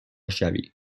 شوی